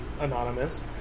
anonymous